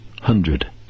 hundred